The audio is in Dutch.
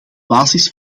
basis